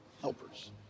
Helpers